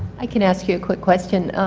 i can ask you a quick question.